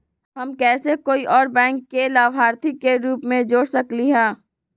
हम कैसे कोई और के बैंक लाभार्थी के रूप में जोर सकली ह?